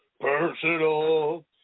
personal